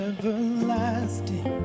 Everlasting